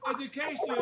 education